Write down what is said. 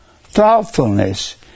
thoughtfulness